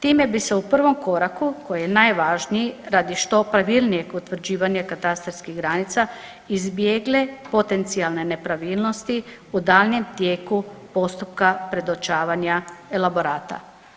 Time bi se u prvom koraku koji je najvažniji, radi što pravilnijeg utvrđivanja katastarskih granica izbjegle potencijalne nepravilnosti u daljnjem tijeku postupka predočavanja elaborata.